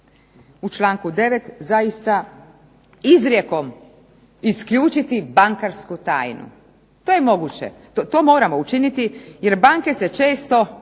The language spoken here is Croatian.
u članku 9. zaista izrijekom isključiti bankarsku tajnu. To je moguće. To moramo učiniti, jer banke se često